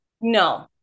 no